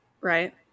right